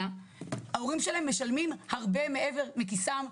ההורים שלהם משלמים מכיסם הרבה מעבר למחיה בסיסית,